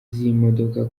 z’imodoka